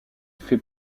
fait